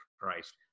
Christ